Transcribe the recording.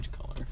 color